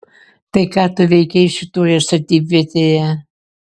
tai ką tu veikei šitoje statybvietėje